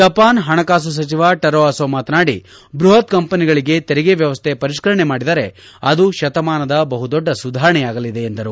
Japan ಹಣಕಾಸು ಸಚಿವ Taro Aso ಮಾತನಾಡಿ ಬೃಪತ್ ಕಂಪನಿಗಳಿಗೆ ತೆರಿಗೆ ವ್ಯವಸ್ಥೆ ಪರಿಷ್ಕರಣೆ ಮಾಡಿದರೆ ಅದು ಶತಮಾನದ ಬಹುದೊಡ್ಡ ಸುಧಾರಣೆಯಾಗಲಿದೆ ಎಂದರು